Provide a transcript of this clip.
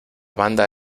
banda